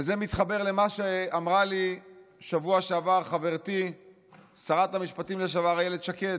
וזה מתחבר למה שאמרה לי שבוע שעבר חברתי שרת המשפטים לשעבר אילת שקד.